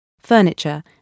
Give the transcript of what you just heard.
furniture